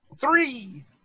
Three